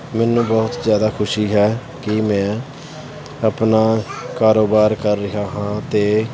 ਮੈਨੂੰ ਬਹੁਤ ਜ਼ਿਆਦਾ ਖੁਸ਼ੀ ਹੈ ਕਿ ਮੈਂ ਆਪਣਾ ਕਾਰੋਬਾਰ ਕਰ ਰਿਹਾ ਹਾਂ ਅਤੇ